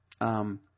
Um